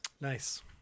Nice